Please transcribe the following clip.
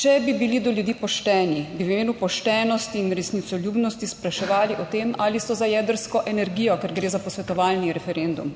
Če bi bili do ljudi pošteni, bi v imenu poštenosti in resnicoljubnosti spraševali o tem, ali so za jedrsko energijo, ker gre za posvetovalni referendum.